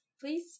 please